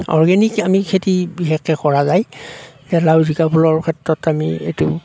organic আমি খেতি বিশেষকে কৰা যায় এইয়া লাও জিলা ভোলৰ ক্ষেত্ৰত আমি এইটো